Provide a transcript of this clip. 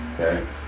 Okay